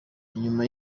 inyuma